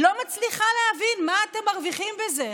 לא מצליחה להבין מה אתם מרוויחים בזה,